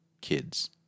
Kids